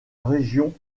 région